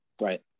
right